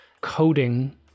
coding